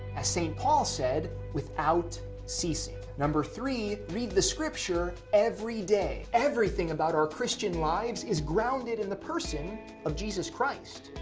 as st paul said, without ceasing. three. read the scripture every day everything about our christian lives is grounded in the person of jesus christ.